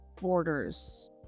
borders